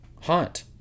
haunt